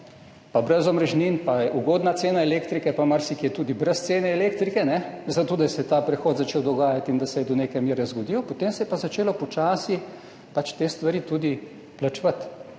in brez omrežnin, ugodna cena elektrike in marsikje tudi brez cene elektrike zato, da se je ta prehod začel dogajati in da se je do neke mere zgodil, potem se je pa začelo počasi pač te stvari tudi plačevati.